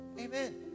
Amen